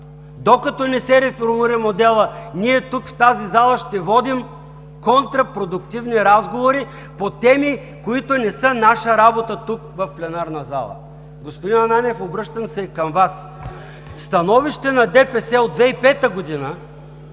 докато не се реформира моделът, ние тук, в тази зала, ще водим контрапродуктивни разговори по теми, които не са наша работа. Господин Ананиев, обръщам се и към Вас. В становище на ДПС от 2005 г.,